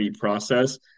process